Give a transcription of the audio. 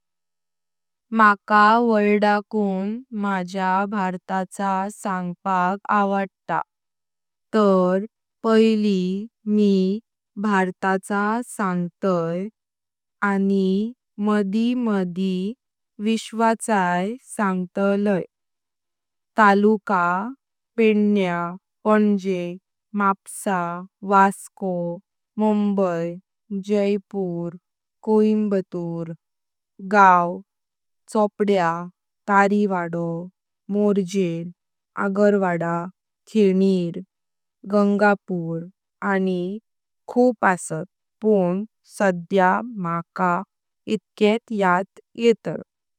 मका वर्ल्डाकूं माझ्या भारताची सांगपाक आवड्तात तर पैली मी भारताचे सांग्तै आनी मदी मदी विश्वाचे सांग्तै तालुका। पेद्य, पंजे, मापुसा, वास्को, मुंबई, जयपूर, कोयम्बतूर, गाव चोपद्य, तारी वाडो, मोजे, आगरवाडा, खेणिर, गंगापुर, आनी खुप असात पुन साध्या मका इतकेत याद येतात।